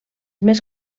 més